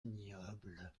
ignoble